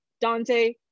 Dante